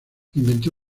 inventó